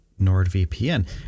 NordVPN